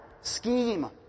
scheme